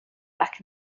back